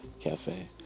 Cafe